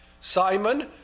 Simon